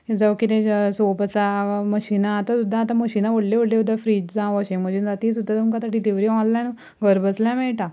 जावं कितें सॉप आसा मशिनां आतां सुद्दां आतां मशिनां व्हडल्यो व्हडल्यो त्यो फ्रीज जावं वॉशिंग मशीन जावं तीं सुद्दां तुमकां आतां डिलिव्हरी ऑनलायन घर बसल्यार मेळटा